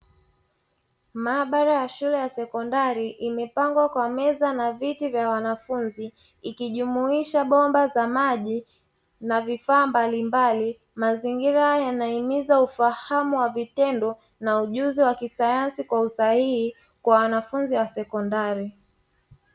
Maabara ya shule ya sekondari, imepangwa kwa meza na viti vya wanafunzi, ikijumuisha bomba za maji na vifaa mbalimbali. Mazingira yanahimiza ufahamu wa vitendo na ujuzi wakisayansi kwa usahihi kwa wanafunzi wa sekondari.